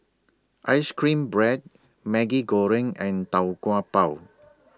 Ice Cream Bread Maggi Goreng and Tau Kwa Pau